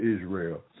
israel